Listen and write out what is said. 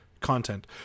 content